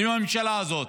עם הממשלה הזאת.